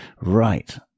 right